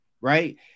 right